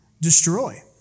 Destroy